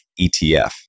ETF